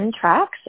tracks